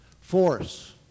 force